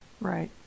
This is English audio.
right